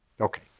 Okay